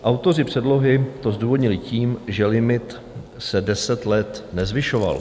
Autoři předlohy to zdůvodnili tím, že limit se deset let nezvyšoval.